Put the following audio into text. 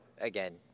Again